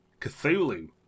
Cthulhu